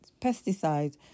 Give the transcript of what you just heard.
pesticides